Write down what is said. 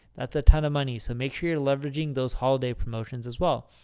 that's a ton of money. so make sure you're leveraging those holiday promotions, as well.